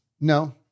no